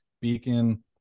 Beacon